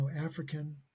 African